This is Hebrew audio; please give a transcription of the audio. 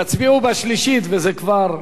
תצביעו בשלישית וזה כבר יחייב.